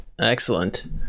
Excellent